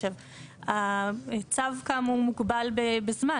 עכשיו, הצו כאמור מוגבל בצו.